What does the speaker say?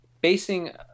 basing